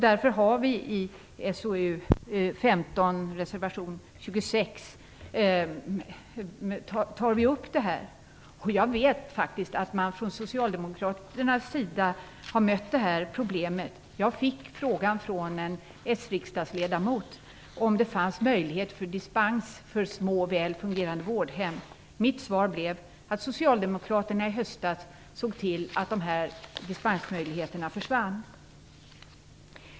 Därför tar vi upp detta i reservation 26 i betänkande SoU15. Jag vet faktiskt att man från Socialdemokraternas sida har mött det här problemet. Av en s-riksdagsledamot fick jag frågan om det fanns möjlighet till dispens för små och väl fungerande vårdhem. Mitt svar blev att Socialdemokraterna i höstas såg till att de här dispensmöjligheterna försvann.